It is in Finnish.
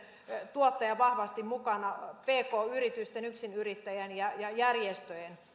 tuottajan vahvasti mukana pk yritysten yksinyrittäjien ja ja järjestöjen